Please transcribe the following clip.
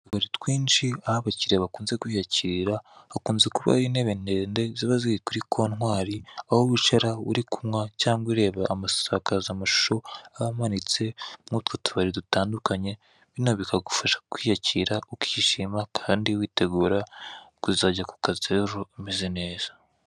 Mu tubari twinshi, aho abakiriya bakunda kwiyakirira, hakunze kuba hari intebe ndende ziba ziri kuri kontwari, aho wicara uri kunywa cyangwa ureba amasakazamashusho aba amanitse muri utwo tubari dutandukanye. Bikagufasha kwiyakira, ukishima, kandi witegura kuzajya ku kazi ejo umeze neza.